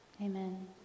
Amen